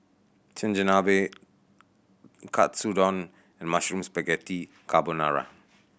Chigenabe Katsudon Mushroom Spaghetti Carbonara